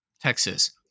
Texas